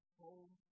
home